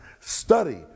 study